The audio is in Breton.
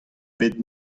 bet